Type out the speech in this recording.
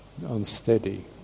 unsteady